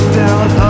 down